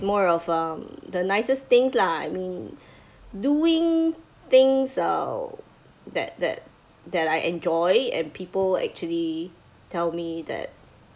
more of um the nicest things lah I mean doing things uh that that that I enjoy and people actually tell me that